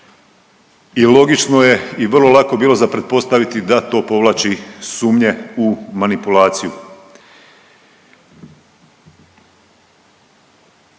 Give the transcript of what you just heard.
i logično je i vrlo lako bilo za pretpostaviti da to povlači sumnje u manipulaciju.